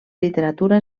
literatura